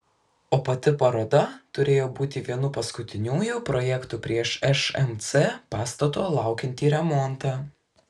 o pati paroda turėjo būti vienu paskutiniųjų projektų prieš šmc pastato laukiantį remontą